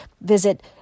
Visit